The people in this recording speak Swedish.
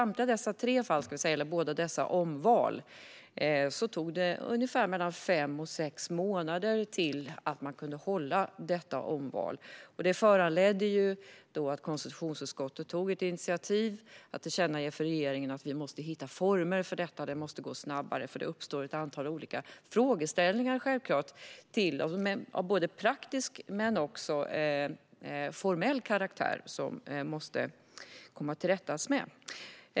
Vid alla de här omvalen tog det mellan fem och sex månader till att man kunde hålla omvalet. Det föranledde att konstitutionsutskottet tog initiativ till att tillkännage för regeringen att vi måste hitta former för detta. Det måste gå snabbare, för det uppstår självklart ett antal olika frågeställningar av både praktisk och formell karaktär som man måste komma till rätta med.